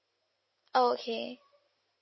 oh okay